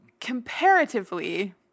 comparatively